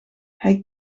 hij